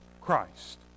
Christ